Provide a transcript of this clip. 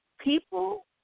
People